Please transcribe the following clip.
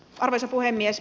arvoisa puhemies